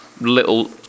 little